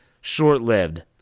short-lived